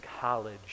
college